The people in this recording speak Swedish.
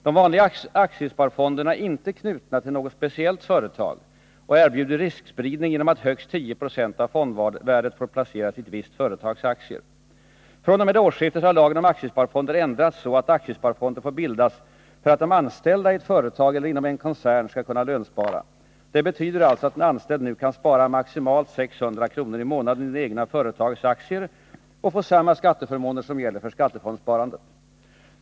De vanliga aktiesparfonderna är inte knutna till något speciellt företag och erbjuder riskspridning genom att högst 10 26 av fondvärdet får placeras i ett visst företags aktier. fr.o.m. årsskiftet har lagen om aktiesparfonder ändrats så, att aktiesparfonder får bildas för att de anställda i ett företag eller inom en koncern skall kunna lönspara. Det betyder alltså att en anställd nu kan spara maximalt 600 kr./månad i det egna företagets aktier och få samma skatteförmåner som gäller för skattefondssparandet.